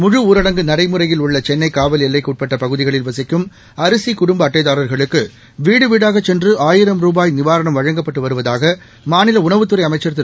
முழஊரடங்கு நடைமுறையில் உள்ள சென்னை காவல் எல்லைக்கு உட்பட்ட பகுதிகளில் வசிக்கும் அரிசி குடும்ப அட்டைதாரர்களுக்கு வீடு வீடாகச் சென்று ஆயிரம் ரூபாய் நிவாரணம் வழங்கப்பட்டு வருவதாக மாநில உணவுத் துறை அமைச்சர் திரு